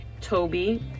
Toby